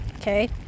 okay